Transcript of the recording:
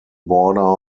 border